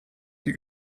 die